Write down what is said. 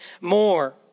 more